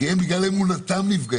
בגלל אמונתם.